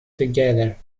together